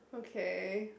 okay